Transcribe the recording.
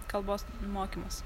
kalbos mokymas